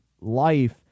life